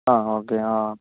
ആ ഓക്കേ ആ